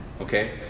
okay